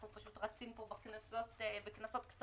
אנחנו פשוט רצים פה בכנסות קצרות.